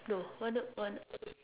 no one of one